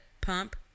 pump